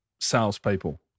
salespeople